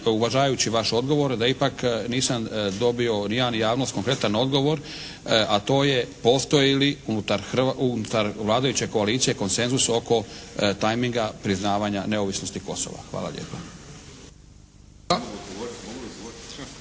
uvažavajući vaš odgovor da ipak nisam dobio ni ja ni javnost konkretan odgovor, a to je postoji li unutar vladajuće koalicije konsenzus oko timinga priznavanja neovisnosti kosova. Hvala lijepa.